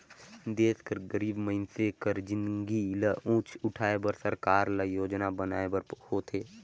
देस कर गरीब मइनसे कर जिनगी ल ऊंच उठाए बर सरकार ल योजना बनाए बर होथे